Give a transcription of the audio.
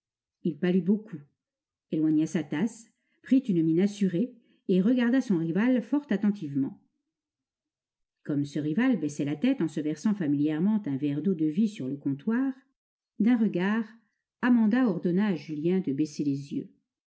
il pâlit beaucoup éloigna sa tasse prit une mine assurée et regarda son rival fort attentivement comme ce rival baissait la tête en se versant familièrement un verre d'eau-de-vie sur le comptoir d'un regard amanda ordonna à julien de baisser les yeux